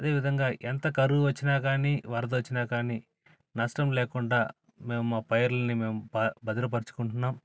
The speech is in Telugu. అదేవిధంగా ఎంత కరువు వచ్చిన కాని వరదొచ్చినా కాని నష్టం లేకుండా మేము పైర్లని మేము భద్రపరుచుకుంటున్నాం